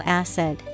acid